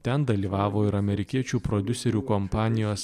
ten dalyvavo ir amerikiečių prodiuserių kompanijos